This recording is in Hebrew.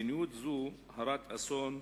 מדיניות זו הרת אסון,